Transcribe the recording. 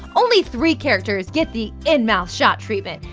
only three characters get the in-mouth shot treatment.